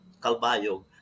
Kalbayog